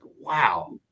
Wow